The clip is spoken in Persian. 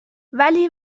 ولی